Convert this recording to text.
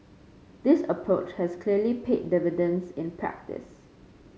this approach has clearly paid dividends in practice